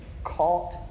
caught